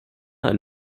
ein